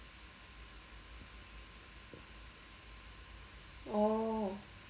orh